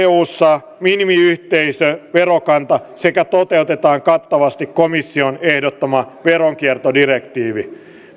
eussa minimiyhteisöverokanta sekä toteutetaan kattavasti komission ehdottama veronkiertodirektiivi velvoitetaan eussa toimivat yritykset avaamaan tiedot